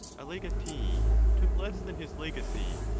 a legatee took less than his legacy,